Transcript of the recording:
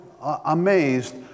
amazed